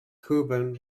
kuban